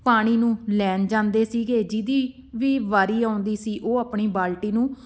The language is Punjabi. ਪਾਣੀ ਨੂੰ ਲੈਣ ਜਾਂਦੇ ਸੀਗੇ ਜਿਹਦੀ ਵੀ ਵਾਰੀ ਆਉਂਦੀ ਸੀ ਉਹ ਆਪਣੀ ਬਾਲਟੀ ਨੂੰ